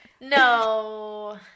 No